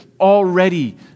already